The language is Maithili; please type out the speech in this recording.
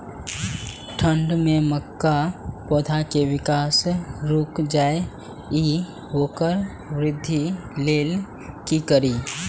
ठंढ में मक्का पौधा के विकास रूक जाय इ वोकर वृद्धि लेल कि करी?